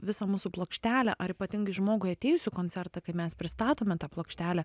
visą mūsų plokštelę ar ypatingai žmogui atėjus į koncertą kai mes pristatome tą plokštelę